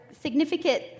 significant